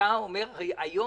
אתה אומר עכשיו,